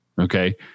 Okay